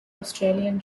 australian